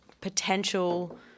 potential